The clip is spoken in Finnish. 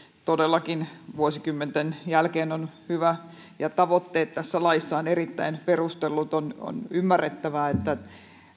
todellakin vuosikymmenten jälkeen tämä on hyvä ja tavoitteet tässä laissa ovat erittäin perustellut on on ymmärrettävää että